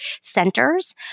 centers